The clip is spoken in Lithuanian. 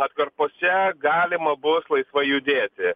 atkarpose galima bus laisvai judėti